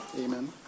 Amen